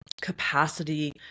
capacity